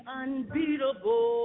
unbeatable